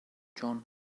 john